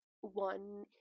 one